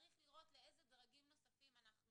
צריך לראות לאיזה דרגים נוספים אנחנו